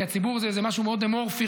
כי הציבור זה משהו מאוד אמורפי,